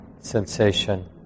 sensation